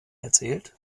erzählt